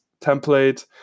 template